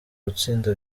gutsinda